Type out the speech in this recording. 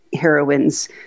heroines